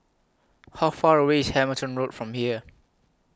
How Far away IS Hamilton Road from here